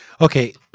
Okay